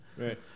Right